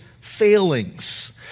failings